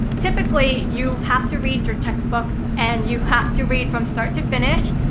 typically, you have to read your textbook. and, you have to read from start to finish.